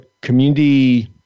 community